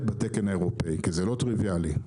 בתקן האירופאי כי זה לא טריוויאלי.